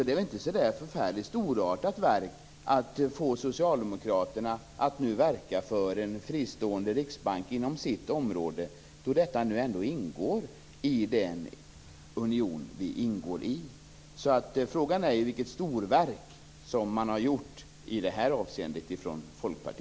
Det är väl inte något storartat verk att få socialdemokraterna att nu verka för en fristående riksbank inom sitt område, då detta nu ändå ingår i den union som vi tillhör. Frågan är därför vilket storverk som Folkpartiet har gjort i det här avseendet.